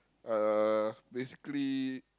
uh basically